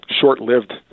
short-lived